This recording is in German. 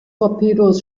torpedos